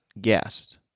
guest